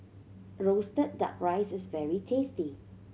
roasted Duck Rice is very tasty